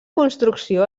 construcció